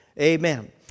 Amen